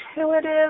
intuitive